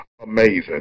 amazing